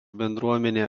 bendruomenė